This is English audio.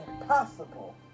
impossible